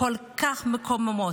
כל כך מקוממים.